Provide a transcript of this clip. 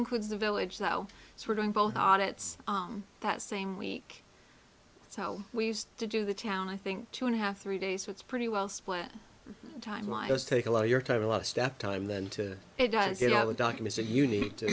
includes the village though so we're doing both audits that same week so we used to do the town i think two and a half three days so it's pretty well split timelines take a lot of your time a lot of step time then to it does you know the documents are unique to